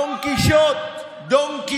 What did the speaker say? דון קישוט.